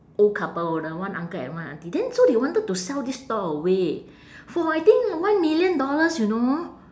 old couple the one uncle and one aunty then so they wanted to sell this stall away for I think one million dollars you know